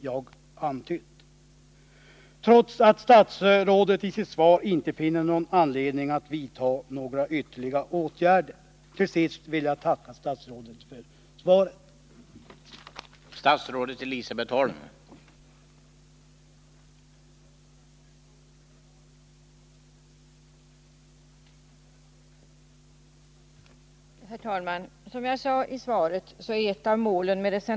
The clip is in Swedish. Jag vill ställa denna fråga trots att statsrådet i sitt svar säger sig inte vilja vidta några ytterligare åtgärder. Till sist vill jag tacka statsrådet för svaret.